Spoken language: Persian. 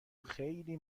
خیلی